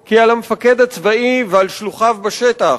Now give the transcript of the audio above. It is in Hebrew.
כי על המפקד הצבאי ועל שלוחיו בשטח,